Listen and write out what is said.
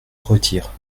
retire